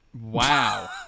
wow